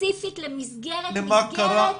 ספציפית למסגרת מסגרת,